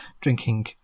drinking